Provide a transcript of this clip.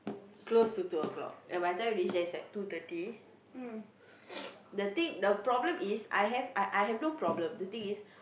close to two o-clock ya by the time we reach there is like two thirty the thing the problem is I have I I have no problem the thing is